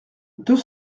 deux